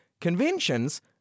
Conventions